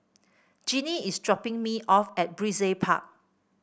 Ginny is dropping me off at Brizay Park